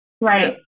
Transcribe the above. Right